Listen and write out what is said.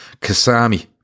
Kasami